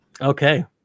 Okay